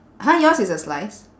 !huh! yours is a slice